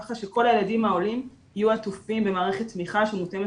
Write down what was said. ככה שכל הילדים העולים יהיו עטופים במערכת תמיכה שמותאמת